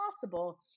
possible